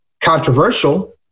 controversial